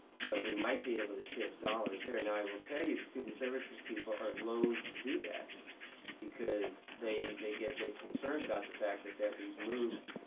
so we might be able to shift dollars there and i will tell you the student services people are loathe to do that because they they get they're concerned about the fact that that we moved